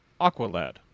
Aqualad